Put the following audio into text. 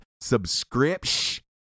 subscription